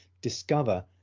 discover